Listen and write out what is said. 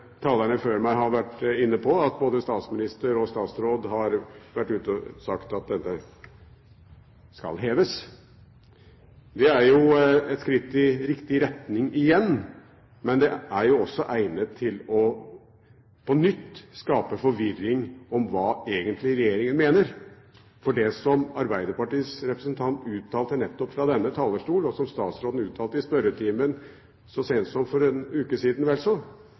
talerne før meg har vært inne på, at både statsministeren og statsråden har vært ute og sagt at ubåten skal heves. Det er jo et skritt i riktig retning igjen, men det er også egnet til på nytt å skape forvirring om hva regjeringen egentlig mener. For det som Arbeiderpartiets representant nettopp uttalte fra denne talerstol, og som statsråden uttalte i spørretimen så sent som for en uke siden,